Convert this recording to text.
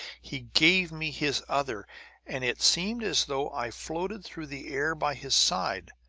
he gave me his other and it seemed as though i floated through the air by his side.